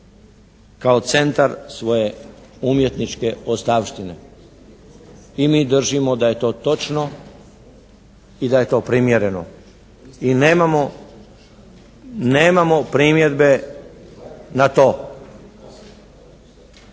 kao centar svoje umjetničke ostavštine i mi držimo da je to točno i da je to primjereno i nemamo primjedbe na to.